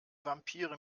vampire